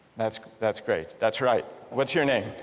that's that's great, that's right. what's your name?